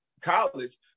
college